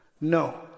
No